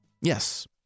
Yes